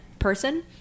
person